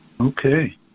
Okay